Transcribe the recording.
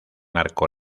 arco